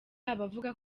abavuga